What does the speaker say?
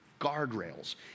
guardrails